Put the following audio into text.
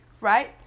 right